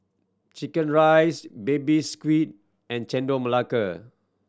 chicken rice Baby Squid and Chendol Melaka